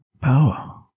Power